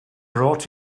brought